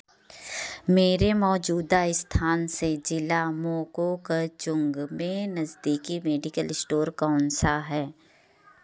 मेरे मौजूदा स्थान से जिला मोकोकचुंग में नज़दीकी मेडिकल स्टोर कौन सा है